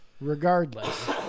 regardless